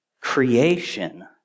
creation